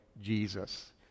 jesus